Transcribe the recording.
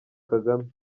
kagame